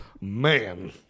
Man